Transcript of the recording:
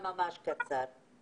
לא רק בתקופת החירום.